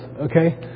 okay